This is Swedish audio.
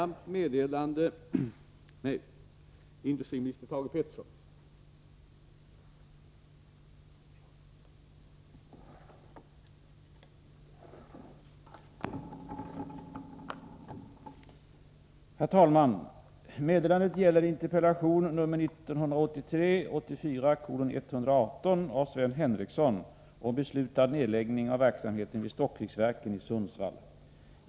Meddelandet gäller interpellation 1983/84:118 av Sven Henricsson om beslutad nedläggning av verksamheten vid Stockviksverken i Sundsvall.